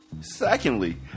secondly